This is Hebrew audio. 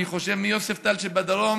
אני חושב מיוספטל שבדרום